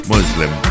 Muslim